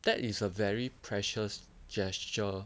that is a very precious gesture